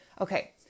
Okay